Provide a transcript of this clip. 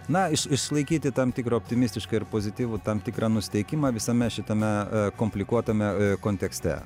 na iš išlaikyti tam tikrą optimistišką ir pozityvų tam tikrą nusiteikimą visame šitame e komplikuotame e kontekste